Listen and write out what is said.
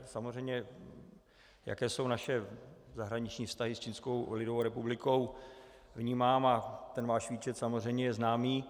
Samozřejmě jaké jsou naše zahraniční vztahy s Čínskou lidovou republikou vnímám a váš výčet samozřejmě je známý.